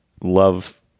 love